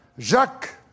Jacques